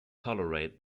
tolerate